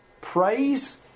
praise